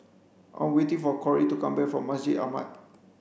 I'm waiting for Cory to come back from Masjid Ahmad